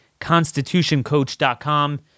constitutioncoach.com